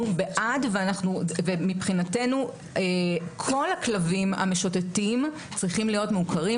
אנחנו בעד ומבחינתנו כל הכלבים המשוטטים צריכים להיות מעוקרים,